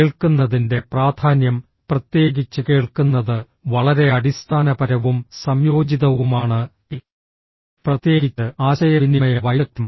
കേൾക്കുന്നതിന്റെ പ്രാധാന്യം പ്രത്യേകിച്ച് കേൾക്കുന്നത് വളരെ അടിസ്ഥാനപരവും സംയോജിതവുമാണ് പ്രത്യേകിച്ച് ആശയവിനിമയ വൈദഗ്ദ്ധ്യം